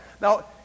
Now